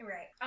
Right